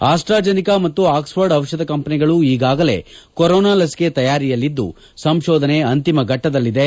AstraZeneca ಮತ್ತು Oxford ಔಷಧ ಕಂಪನಿಗಳು ಈಗಾಗಲೇ ಕೊರೊನಾ ಲಸಿಕೆ ತಯಾರಿಯಲ್ಲಿದ್ದು ಸಂಶೋಧನೆ ಅಂತಿಮಘಟ್ಟದಲ್ಲಿದೆ